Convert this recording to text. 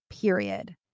period